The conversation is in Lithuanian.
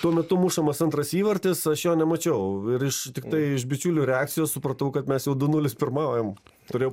tuo metu mušamas antras įvartis aš jo nemačiau aš tiktai iš bičiulių reakcijos supratau kad mes jau du nulis pirmaujam turėjau